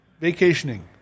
vacationing